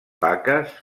vaques